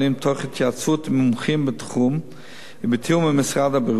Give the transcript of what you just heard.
תוך התייעצות עם מומחים בתחום ובתיאום עם משרד הבריאות,